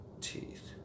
Teeth